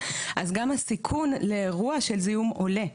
אז גם הסיכון לאירוע של זיהום עולה,